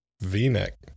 V-neck